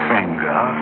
Finger